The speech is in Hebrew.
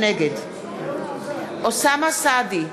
נגד אוסאמה סעדי,